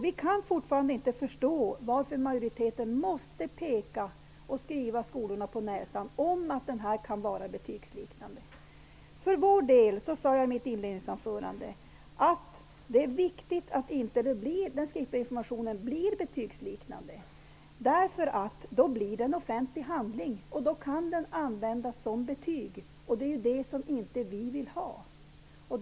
Vi kan fortfarande inte förstå varför majoriteten så att säga måste skriva skolorna på näsan om att informationen kan vara betygsliknande. I mitt inledningsanförande sade jag att det är viktigt att den skriftliga infomationen inte blir betygsliknande, därför att den då blir en offentlig handling och kan användas som betyg. Så vill vi inte ha det.